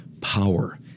power